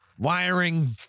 Wiring